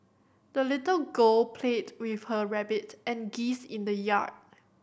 the little girl played with her rabbit and geese in the yard